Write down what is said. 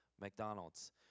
McDonald's